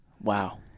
Wow